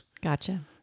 Gotcha